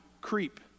creep